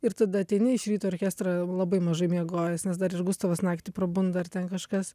ir tada ateini iš ryto į orkestrą labai mažai miegojęs nes dar ir gustavas naktį prabunda ar ten kažkas